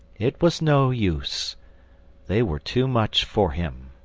it was no use they were too much for him.